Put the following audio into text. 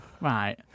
right